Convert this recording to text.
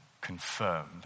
confirmed